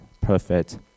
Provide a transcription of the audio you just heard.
perfect